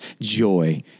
joy